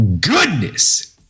goodness